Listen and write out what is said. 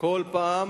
ניסו כל פעם,